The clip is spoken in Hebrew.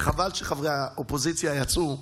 וחבל שחברי האופוזיציה יצאו,